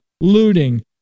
looting